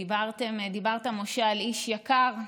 דיברת, משה, על איש יקר,